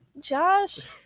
Josh